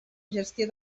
gestió